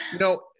No